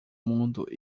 mundo